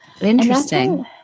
Interesting